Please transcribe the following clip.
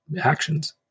actions